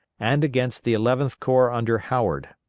and against the eleventh corps under howard.